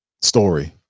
story